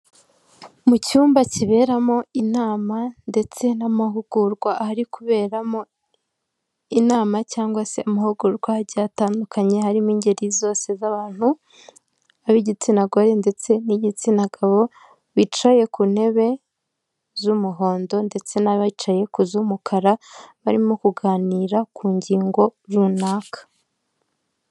Mu cyumba kiberamo inama ndetse n'amahugurwa ahari kuberamo inama cyangwa se amahugurwa bigiye bitandukanye harimo ingeri zose z'abantu ab'igitsina gore ndetse n'igitsina gabo bicaye ku ntebe z'umuhondo ndetse n'abicaye ku z'umukara barimo kuganira ku ngingo runaka.